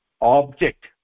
object